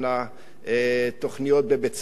תוכניות בבית-ספר,